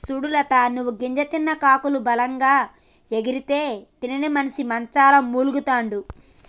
సూడు లత నువ్వు గింజ తిన్న కాకులు బలంగా ఎగిరితే తినని మనిసి మంచంల మూల్గతండాడు